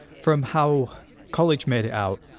from how college made it out,